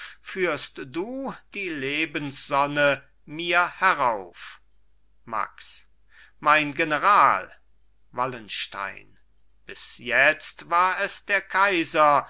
führst du die lebenssonne mir herauf max mein general wallenstein bis jetzt war es der kaiser